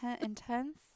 intense